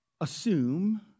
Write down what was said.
assume